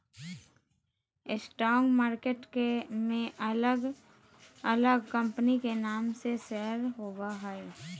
stock market में अलग अलग कंपनी के नाम से शेयर होबो हइ